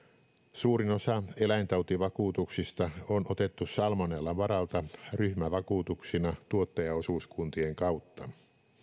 suurin osa eläintautivakuutuksista on otettu salmonellan varalta ryhmävakuutuksina tuottajaosuuskuntien kautta